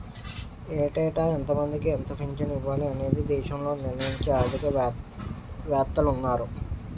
ఏటేటా ఎంతమందికి ఎంత పింఛను ఇవ్వాలి అనేది దేశంలో నిర్ణయించే ఆర్థిక వేత్తలున్నారు